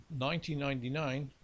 1999